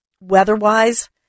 weather-wise